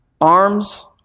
arms